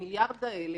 ה-700-600 מיליארד האלה